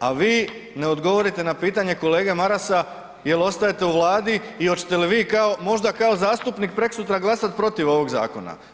a vi ne odgovorite na pitanje kolege Marasa jel ostajete u Vladi i hoćete li vi možda kao zastupnik preksutra glasati protiv ovog zakona?